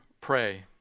pray